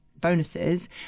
bonuses